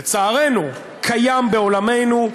לצערנו, קיים בעולמנו,